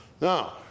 Now